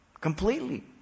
completely